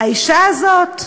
האישה הזאת,